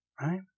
Right